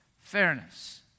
fairness